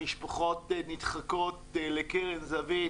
משפחות נדחקות אל קרן זווית,